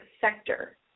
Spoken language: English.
sector